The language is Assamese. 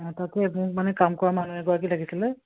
তাকে মোক মানে কাম কৰা মানুহ এগৰাকী লাগিছিলে